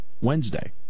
Wednesday